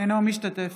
אינו משתתף